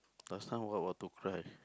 last time what what to cry